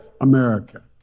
America